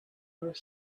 were